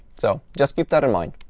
so just keep that in mind.